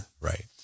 Right